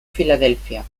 filadelfia